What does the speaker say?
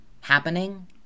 happening